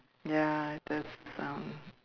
ya just some